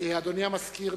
אדוני המזכיר,